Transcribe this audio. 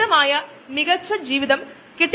ഈ പ്രക്രിയയിൽ നിന്ന് ജെറ്റ് ഇന്ധനം വരെ നിർമ്മിക്കാം